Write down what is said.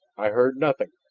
i heard nothing.